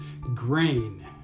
grain